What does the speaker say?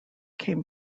came